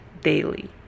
daily